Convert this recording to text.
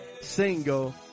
single